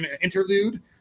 interlude